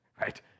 Right